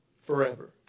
forever